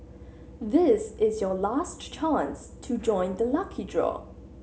this is your last chance to join the lucky draw